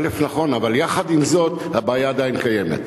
אבל יחד עם זאת הבעיה עדיין קיימת,